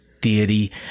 deity